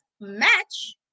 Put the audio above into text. match